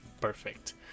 perfect